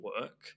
work